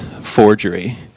Forgery